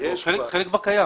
חלק גדול כבר קיים,